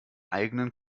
eigenen